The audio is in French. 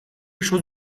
chose